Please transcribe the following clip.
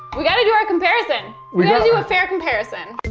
we gotta do our comparison. we gotta do a fair comparison.